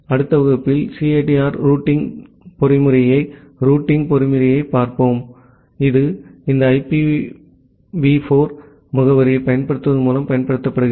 அடுத்த வகுப்பில் CIDR routing பொறிமுறையை பார்ப்போம் இது இந்த ஐபிவி 4 முகவரியைப் பயன்படுத்துவதன் மூலம் பயன்படுத்தப்படுகிறது